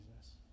Jesus